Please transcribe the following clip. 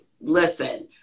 Listen